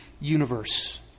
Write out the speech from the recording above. universe